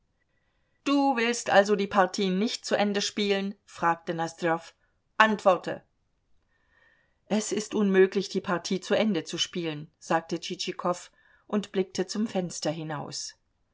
du willst also die partie nicht zu ende spielen fragte nosdrjow antworte es ist unmöglich die partie zu ende zu spielen sagte tschitschikow und blickte zum fenster hinaus